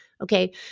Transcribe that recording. Okay